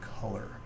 color